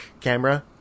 camera